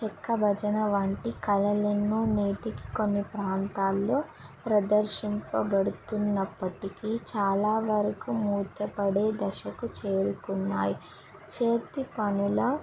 చెక్క భజన వంటి కళలెన్నో నేటికి కొన్ని ప్రాంతాల్లో ప్రదర్శింపబడుతున్నప్పటికీ చాలా వరకు మూతపడే దశకు చేరుకున్నాయి చేతి పనుల